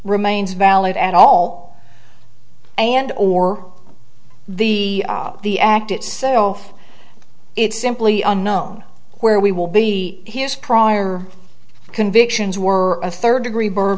remains valid at all and or the the act itself it's simply unknown where we will be his prior convictions were a third degree bur